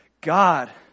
God